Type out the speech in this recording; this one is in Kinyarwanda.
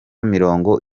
mirongo